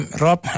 Rob